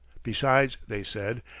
besides, they said,